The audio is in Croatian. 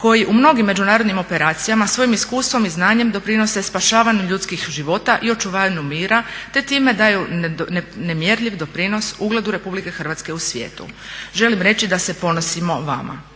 koji u mnogim međunarodnim operacijama svojim iskustvom i znanjem doprinose spašavanju ljudskih života i očuvanju mira, te time daju nemjerljiv doprinos ugledu Republike Hrvatske u svijetu. Želim reći da se ponosimo vama.